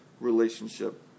relationship